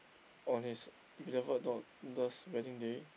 on his beloved daughter's wedding day